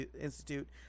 institute